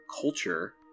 culture